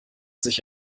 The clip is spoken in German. sich